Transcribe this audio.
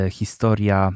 historia